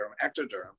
ectoderm